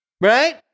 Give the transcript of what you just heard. right